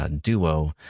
duo